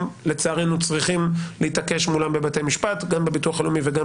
לצערנו צריכים להתעקש מולם בבתי משפט גם בביטוח הלאומי וגם